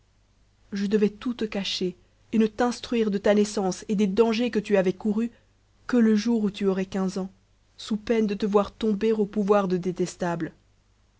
je devais tout te cacher et ne t'instruire de ta naissance et des dangers que tu avais courus que le jour où tu aurais quinze ans sous peine de te voir tomber au pouvoir de détestable